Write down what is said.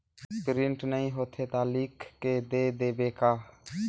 Print नइ होथे ता लिख के दे देबे का?